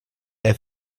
est